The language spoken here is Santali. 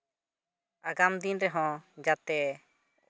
ᱟᱜᱟᱢ ᱫᱤᱱ ᱨᱮᱦᱚᱸ ᱡᱟᱛᱮ